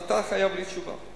אתה חייב לי תשובה.